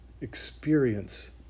experience